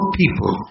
people